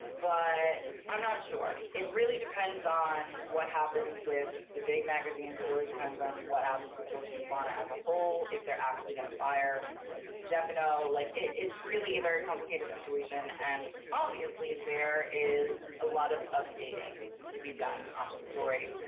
but, i'm not sure. it really depends on what happens with the big magazines. it really depends on what happens with dolce and gabbana as a whole, if they're actually gonna fire stefano. like it's really a very complicated situation and obviously there is a lot of updating to be done on the story.